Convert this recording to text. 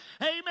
amen